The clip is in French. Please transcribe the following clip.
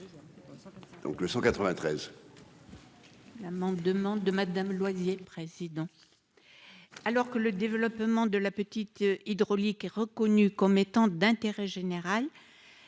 Donc, le 193. Demande de madame Loyer, président alors que le développement de la petite hydraulique reconnu comme étant d'intérêt général